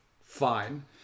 fine